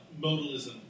modalism